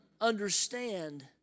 understand